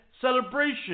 celebration